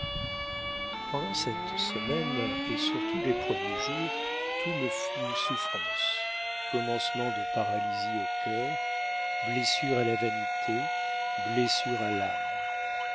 pendant cette semaine et surtout les premiers jours tout me fut souffrance commencement de paralysie au cœur blessure à la vanité blessure à l'âme